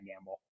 gamble